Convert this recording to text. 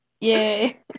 Yay